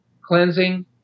cleansing